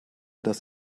dass